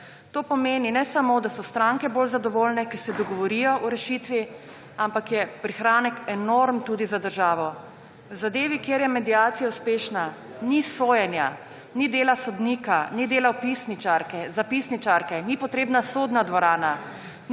To pomeni, ne samo da so stranke bolj zadovoljne, ker se dogovorijo o rešitvi, ampak je prihranek enormen tudi za državo. V zadevi, kjer je mediacija uspešna, ni sojenja, ni dela sodnika, ni dela vpisničarke, zapisničarke, ni potrebna sodna dvorana,